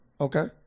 Okay